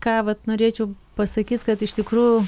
ką vat norėčiau pasakyt kad iš tikrųjų